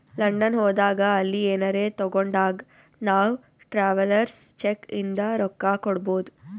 London ಹೋದಾಗ ಅಲ್ಲಿ ಏನರೆ ತಾಗೊಂಡಾಗ್ ನಾವ್ ಟ್ರಾವೆಲರ್ಸ್ ಚೆಕ್ ಇಂದ ರೊಕ್ಕಾ ಕೊಡ್ಬೋದ್